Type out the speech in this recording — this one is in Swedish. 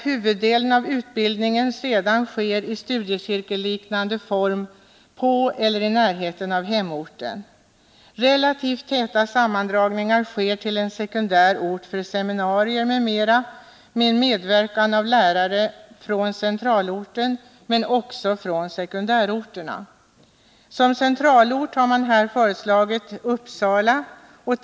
Huvuddelen av utbildningen sker sedan i studiecirkelliknande form på eller i närheten av hemorten. Relativt täta sammandragningar sker till en sekundär ort för seminarier m.m. med medverkan av lärare från centralorten men också från sekundärorterna. Som "centralort i regionen har Uppsala föreslagits.